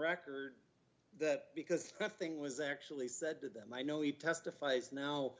record that because nothing was actually said to them i know he testifies now